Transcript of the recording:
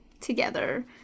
together